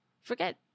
Forget